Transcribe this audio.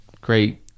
great